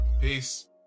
Peace